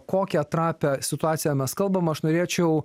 kokią trapią situaciją mes kalbam aš norėčiau